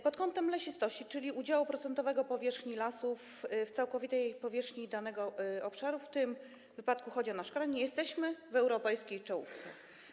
Pod kątem lesistości, czyli udziału procentowego powierzchni lasów w całkowitej powierzchni danego obszaru, w tym przypadku chodzi o nasz kraj, nie jesteśmy w europejskiej czołówce.